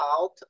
out